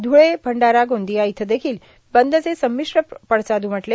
धुळे भंडारा गोंदिया इथं देखिल बंदचे संमिश्र पडसाद उमटले